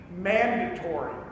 mandatory